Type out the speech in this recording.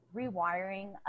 rewiring